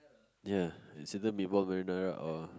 ya it's either meatball marinara or